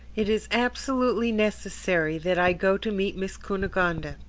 it is absolutely necessary that i go to meet miss cunegonde.